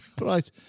Right